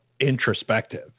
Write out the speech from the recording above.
introspective